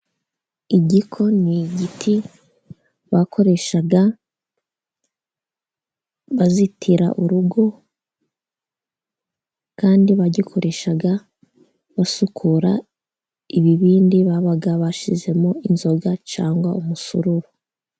Igikoma n'igiti bakoresha bazitira urugo kandi bagikoresha basukura ibindi, baba bashizemo inzoga cyangwa umusururu.